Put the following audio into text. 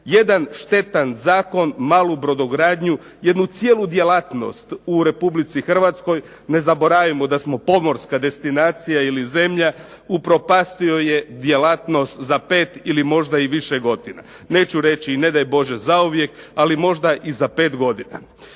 Jedan štetan Zakon tu malu brodogradnju jednu cijelu djelatnost u Republici Hrvatskoj, ne zaboravimo da smo pomorska destinacija ili zemlja, upropastio je djelatnost za 5 možda i više godina, neću reći i ne daj Bože zauvijek, ali možda i za 5 godina.